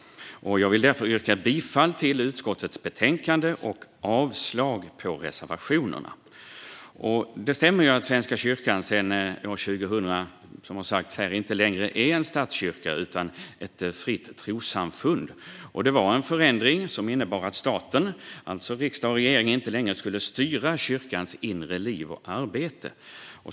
Jag vill därför yrka bifall till utskottets förslag i betänkandet och avslag på reservationerna. Det stämmer, som har sagts här, att Svenska kyrkan sedan år 2000 inte längre är en statskyrka utan ett fritt trossamfund. Det var en förändring som innebar att staten, alltså riksdag och regering, inte längre skulle styra kyrkans inre liv och arbete.